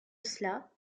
cela